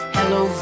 Hello